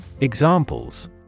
Examples